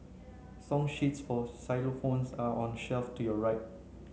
song sheets for xylophones are on the shelf to your right